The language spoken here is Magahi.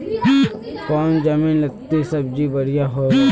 कौन जमीन लत्ती सब्जी बढ़िया हों?